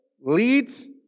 leads